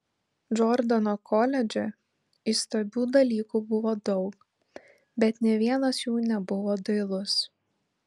džordano koledže įstabių dalykų buvo daug bet nė vienas jų nebuvo dailus